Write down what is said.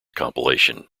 compilation